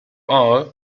all